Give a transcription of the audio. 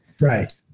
right